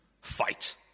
fight